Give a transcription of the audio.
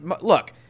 look